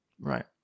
Right